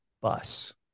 bus